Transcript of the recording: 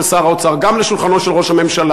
שר האוצר וגם לשולחנו של ראש הממשלה,